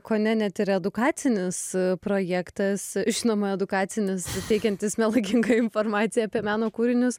kone net ir edukacinis projektas žinoma edukacinis suteikiantis melagingą informaciją apie meno kūrinius